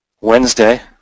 Wednesday